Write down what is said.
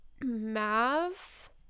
Mav